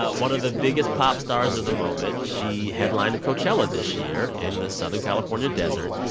one of the biggest pop stars of the moment she headlined coachella this year in the southern california desert.